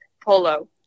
Polo